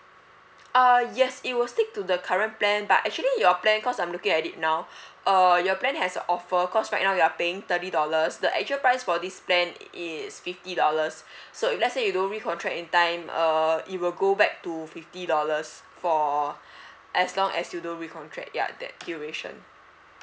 uh yes it will stick to the current plan but actually your plan cause I'm looking at it now uh your plan has an offer cause right now you are paying thirty dollars the actual price for this plan is fifty dollars so if let's say you don't recontract in time uh it will go back to fifty dollars for as long as you don't recontract ya that duration